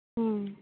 ᱦᱮᱸ